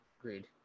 Agreed